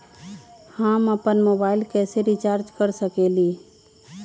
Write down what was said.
हम अपन मोबाइल कैसे रिचार्ज कर सकेली?